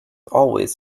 always